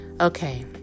okay